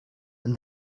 and